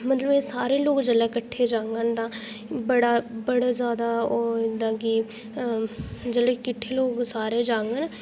मतलब एह् सारे लोक जेल्लै किटठे जाह्गङन तां बड़ा ज्यादा ओह् होंदा कि जेल्लै किट्ठे लोक सारे जाह्ङन